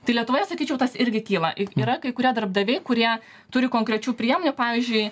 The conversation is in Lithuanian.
tai lietuvoje sakyčiau tas irgi kyla i yra kai kurie darbdaviai kurie turi konkrečių priemonių pavyzdžiui